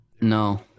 No